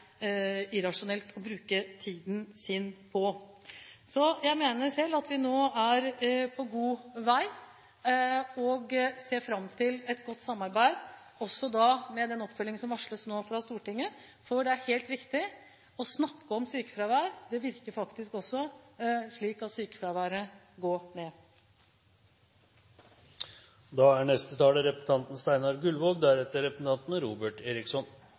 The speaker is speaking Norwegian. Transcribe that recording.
på god vei og ser fram til et godt samarbeid, også med den oppfølgingen som nå varsles fra Stortinget. Det er helt riktig at det å snakke om sykefravær faktisk også virker slik at sykefraværet går ned.